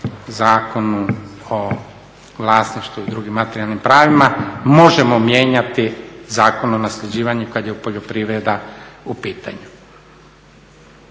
Zakonu o vlasništvu i drugim materijalnim pravima možemo mijenjati Zakon o nasljeđivanju kada je poljoprivreda u pitanju.